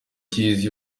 cyiza